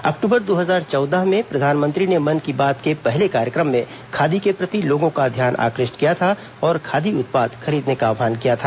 अक्टूबर दो हजार चौदह में प्रधानमंत्री ने मन की बात के पहले कार्यक्रम में खादी के प्रति लोगों का ध्यान आकृष्ट किया था और खादी उत्पाद खरीदने का आह्वान किया था